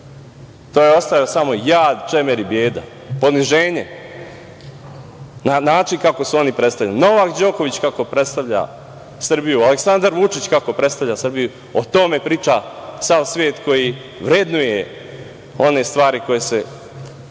to je ostavljalo samo jad, čemer i beda, poniženje, na način kako su oni predstavljali. Novak Đoković kako predstavlja Srbiju, Aleksandar Vučić kako predstavlja Srbiju, o tome priča sav svet koji vrednuje one stvari koje se mogu